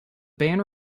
band